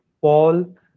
Paul